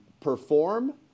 perform